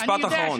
משפט אחרון.